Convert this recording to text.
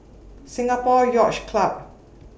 Singapore Yacht Club